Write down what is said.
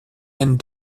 and